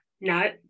No